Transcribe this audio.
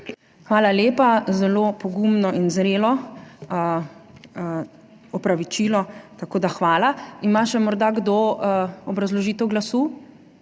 Hvala lepa. Zelo pogumno in zrelo opravičilo. Tako da hvala. Ima morda še kdo obrazložitev glasu?